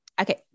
Okay